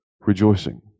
rejoicing